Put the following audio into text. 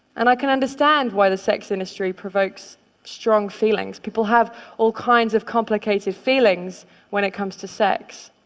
and i can understand why the sex industry provokes strong feelings. people have all kinds of complicated feelings when it comes to sex.